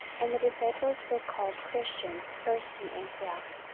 and the disciples were called christians first in antioch.